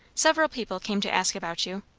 several people came to ask about you.